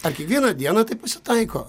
ar kiekvieną dieną taip pasitaiko